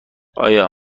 آیا